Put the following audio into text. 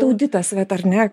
auditas vat ar ne